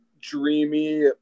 dreamy